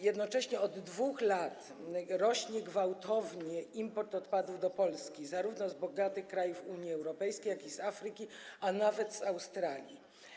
Jednocześnie od 2 lat rośnie gwałtownie import odpadów do Polski zarówno z bogatych krajów Unii Europejskiej, jak i z Afryki, a nawet z Australii.